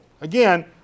Again